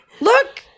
look